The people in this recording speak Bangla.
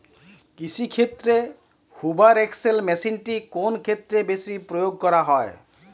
কৃষিক্ষেত্রে হুভার এক্স.এল মেশিনটি কোন ক্ষেত্রে বেশি প্রয়োগ করা হয়?